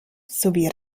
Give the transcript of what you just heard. sowie